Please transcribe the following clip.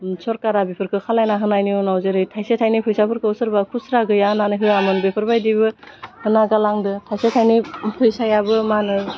सरकारा बिफोरखो खालायना होनायनि उनाव जेरै थाइसे थाइनै फैसाफोरखौ सोरबा खुस्रा गैया होन्नानै होआमोन बिफोरबायदिबो होना गालांदो थाइसे थाइनै फैसायाबो मा होनो